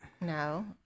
No